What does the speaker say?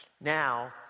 Now